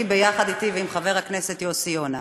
ביחד אתי ועם חבר הכנסת יוסי יונה.